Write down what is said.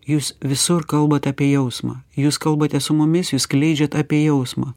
jūs visur kalbat apie jausmą jūs kalbate su mumis jūs skleidžiat apie jausmą